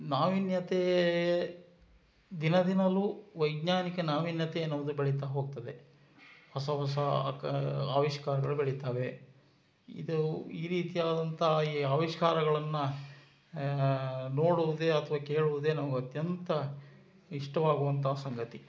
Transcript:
ನಾವಿನ್ಯತೆ ದಿನ ದಿನಾಲೂ ವೈಜ್ಞಾನಿಕ ನಾವಿನ್ಯತೆ ಎನ್ನುವುದು ಬೆಳಿತಾ ಹೋಗ್ತದೆ ಹೊಸ ಹೊಸ ಆಕಾರ ಆವಿಷ್ಕಾರಗಳು ಬೆಳೀತಾವೆ ಇದು ಈ ರೀತಿಯಾದಂಥ ಈ ಆವಿಷ್ಕಾರಗಳನ್ನು ನೋಡುವುದೇ ಅಥವಾ ಕೇಳುವುದೇ ನಮ್ಗೆ ಅತ್ಯಂತ ಇಷ್ಟವಾಗುವಂಥ ಸಂಗತಿ